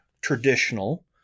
traditional